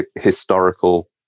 historical